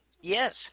Yes